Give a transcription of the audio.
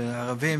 לערבים,